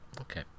Okay